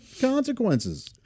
consequences